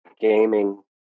gaming